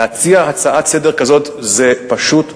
להציע הצעה לסדר-היום כזאת, זה פשוט נורא.